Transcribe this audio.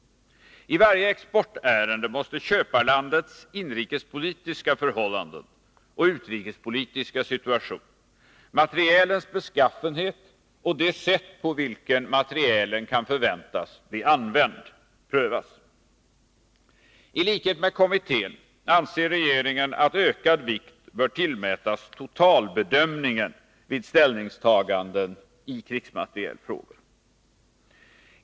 I varje exportärende måste man pröva köparlandets inrikespolitiska förhållanden och utrikespolitiska situation, materielens beskaffenhet och det sätt på vilket materielen kan förväntas bli använd. I likhet med kommittén anser regeringen att ökad vikt tillmäts totalbedömningen vid ställningstaganden i krigsmaterielfrågor.